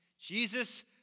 Jesus